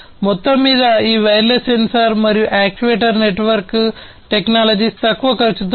మొత్తంమీద ఈ wireless sensor మరియు యాక్యుయేటర్ నెట్వర్క్ టెక్నాలజీస్ తక్కువ ఖర్చుతో ఉంటాయి